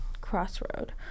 crossroad